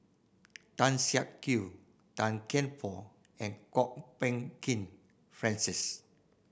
Tan Siak Kew Tan Kian Por and Kwok Peng Kin Francis